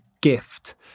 gift